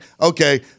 okay